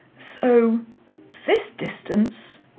so this distance,